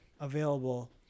available